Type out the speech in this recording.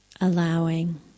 allowing